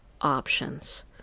options